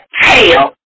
tail